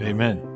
Amen